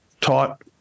taught